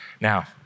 Now